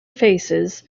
faces